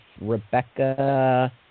Rebecca